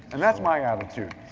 and that's my attitude.